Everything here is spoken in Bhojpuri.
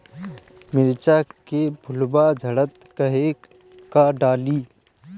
मिरचा के फुलवा झड़ता काहे का डाली?